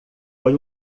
foi